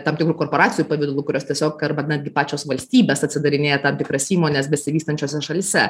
tam tikrų korporacijų pavidalu kurios tiesiog arba netgi pačios valstybės atsidarinėja tam tikras įmones besivystančiose šalyse